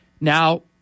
Now